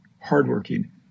hardworking